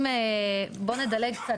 בוא נדלג קצת.